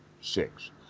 six